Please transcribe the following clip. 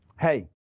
Hey